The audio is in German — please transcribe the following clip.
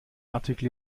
artikel